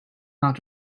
not